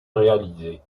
réalisée